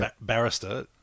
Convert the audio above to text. barrister